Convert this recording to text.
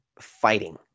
fighting